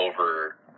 over